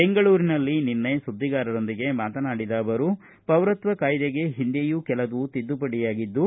ಬೆಂಗಳೂರಿನಲ್ಲಿ ನಿನ್ನೆ ಸುದ್ದಿಗಾರರೊಂದಿಗೆ ಮಾತನಾಡಿದ ಅವರು ಪೌರತ್ವ ಕಾಯ್ದೆಗೆ ಹಿಂದೆಯೂ ಕೆಲವು ತಿದ್ದುಪಡಿಯಾಗಿದ್ದು